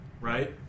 Right